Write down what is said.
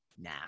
Nah